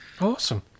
awesome